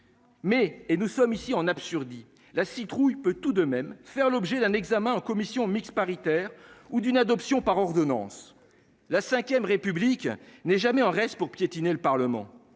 Mais et nous sommes ici en absurdie la citrouille peut tout de même faire l'objet d'un examen en commission mixte paritaire ou d'une adoption par ordonnance. La 5ème République n'est jamais en reste pour piétiner le Parlement